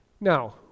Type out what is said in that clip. Now